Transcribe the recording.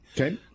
Okay